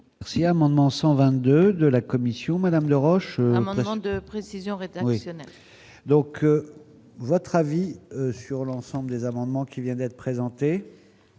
Merci, amendement 122 de la commission Madame le rocher. Grande de précision répond oui. Donc, votre avis sur l'ensemble des amendements qui vient d'être présenté.